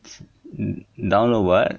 download what